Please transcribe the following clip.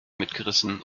mitgerissen